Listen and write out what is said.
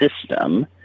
system